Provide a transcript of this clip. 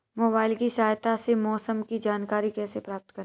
Mobile की सहायता से मौसम की जानकारी कैसे प्राप्त करें?